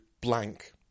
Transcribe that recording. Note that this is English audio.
blank